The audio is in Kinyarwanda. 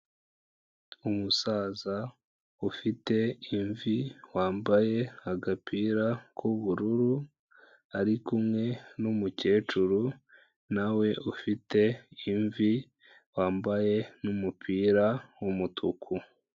Umusaza ufite imvi, wambaye agapira k'ubururu ari kumwe n'umukecuru nawe ufite imvi, wambaye n'umupira w'umutuku.